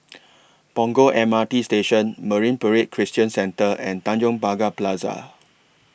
Punggol M R T Station Marine Parade Christian Centre and Tanjong Pagar Plaza